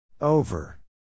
Over